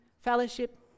fellowship